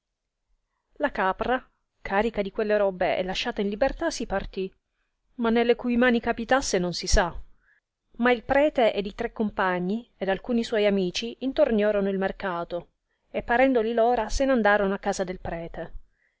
la capra carica di quelle robbe e lasciata in libertà si partì ma ne le cui mani capitasse non si sa ma il prete ed i tre compagni ed alcuni altri suoi amici intorniorono il mercato e parendoli l'ora se n'andarono a casa del prete